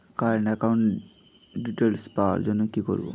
Current একাউন্টের details পাওয়ার জন্য কি করব?